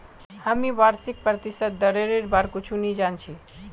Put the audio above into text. हामी वार्षिक प्रतिशत दरेर बार कुछु नी जान छि